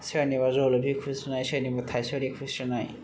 सोरनिबा जलफि खुस्रेनाय सोरनिबा थायसुरि खुस्रेनाय